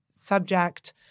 subject